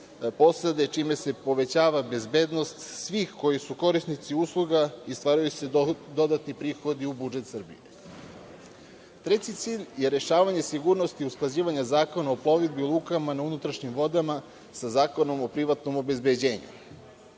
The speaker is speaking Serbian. posade, čime se povećava bezbednost svih koji su korisnici usluga i stvaraju se dodatni prihodi u budžet Srbije. Treći cilj je rešavanje sigurnosti usklađivanja Zakona o plovidbi u lukama na unutrašnjim vodama sa Zakonom o privatnom obezbeđenju.